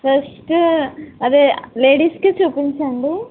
first అదే లేడీస్కి చూపించండి